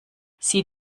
sie